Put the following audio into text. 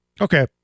Okay